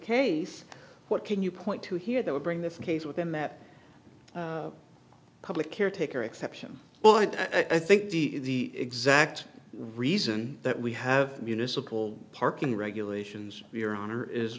case what can you point to here that would bring this case within that public caretaker exception well i think the exact reason that we have municipal parking regulations your honor is